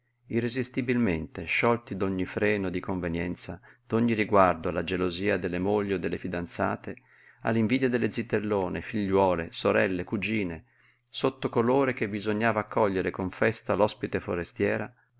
irresistibilmente sciolti d'ogni freno di convenienza d'ogni riguardo alla gelosia delle mogli o delle fidanzate all'invidia delle zitellone figliuole sorelle cugine sotto colore che bisognava accogliere con festa l'ospite forestiera